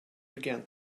began